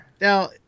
Now